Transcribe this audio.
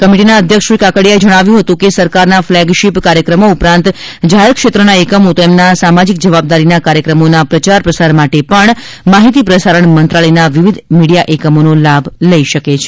committee ના અધ્યક્ષ શ્રી કાકડિયા એ જણાવ્યું હતું કે સરકાર ના ફ્લેગ શિપ કાર્યક્રમો ઉપરાંત જાહેર ક્ષેત્રના એકમો તેમના સામાજિક જવાબદારી ના કાર્યક્રમો ના પ્રચાર પ્રસાર માટે પણ માહિતી પ્રસારણ મંત્રાલય ના વિવિધ મીડિયા એકમો નો લાભ લઇ શકે છે